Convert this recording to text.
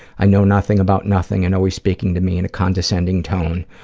i know nothing about nothing, and always speaking to me in a condescending tone.